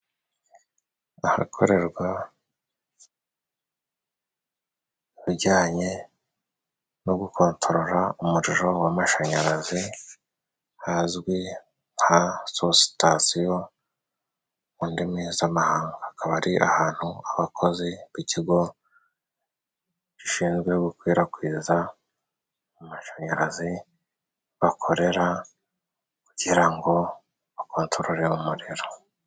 Ahakorerwa ibijyanye no gukontorora umuriro w'amashanyarazi hazwi nka susitasiyo mu ndimi z'amahanga. Hakaba ari ahantu abakozi b'ikigo gishinzwe gukwirakwiza amashanyarazi bakorera kugira ngo bakontorore umuriro.